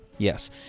Yes